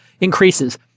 increases